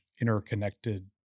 interconnected